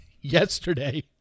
Yesterday